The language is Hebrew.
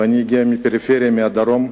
ואני מגיע מהפריפריה, מהדרום,